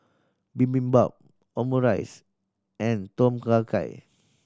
Bibimbap Omurice and Tom Kha Gai